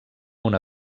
una